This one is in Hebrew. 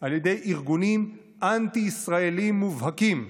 על ידי ארגונים אנטי-ישראליים מובהקים,